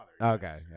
Okay